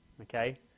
okay